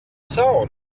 sound